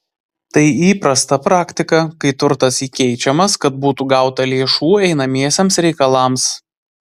tai įprasta praktika kai turtas įkeičiamas kad būtų gauta lėšų einamiesiems reikalams